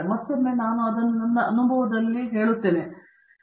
ಮತ್ತೊಮ್ಮೆ ನಾನು ಅದನ್ನು ನನ್ನ ಅನುಭವದಲ್ಲಿ ಹಾಕಿದ್ದೇನೆ ಎಂದು ಹೇಳುತ್ತೇನೆ